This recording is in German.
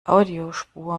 audiospur